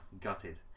gutted